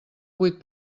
vuit